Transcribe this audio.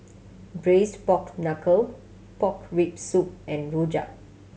Braised Pork Knuckle pork rib soup and rojak